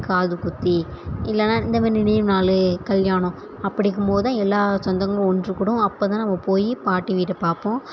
காது குத்தி இல்லைன்னா இந்த மாதிரி நினைவு நாள் கல்யாணம் அப்படி இருக்கும் போதுதான் எல்லா சொந்தங்களும் ஒன்று கூடும் அப்போதான் நம்ம போய் பாட்டி வீட்டை பார்ப்போம்